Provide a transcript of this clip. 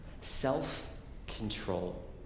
self-control